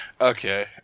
Okay